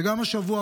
וגם השבוע,